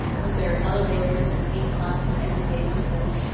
with their elevators, and paint-pots, and every-day people,